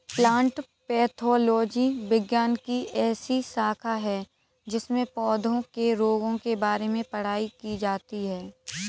plant pathology विज्ञान की ऐसी शाखा है जिसमें पौधों के रोगों के बारे में पढ़ाई की जाती है